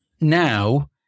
now